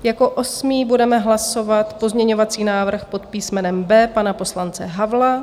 Jako osmý budeme hlasovat pozměňovací návrh pod písmenem B pana poslance Havla.